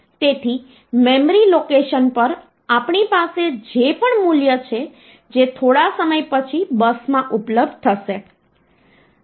તેથી memory location પર આપણી પાસે જે પણ મૂલ્ય છે જે થોડા સમય પછી બસમાં ઉપલબ્ધ થશે